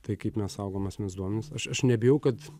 tai kaip mes saugom asmens duomenis aš aš nebijau kad